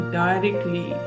directly